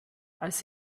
als